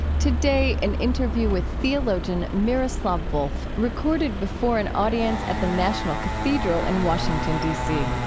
today, an interview with theologian miroslav volf recorded before an audience at the national cathedral in washington, dc.